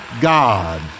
God